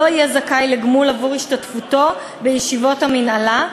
לא יהיה זכאי לגמול עבור השתתפותו בישיבות המינהלה,